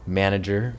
manager